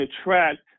attract